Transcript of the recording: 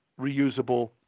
reusable